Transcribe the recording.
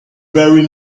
very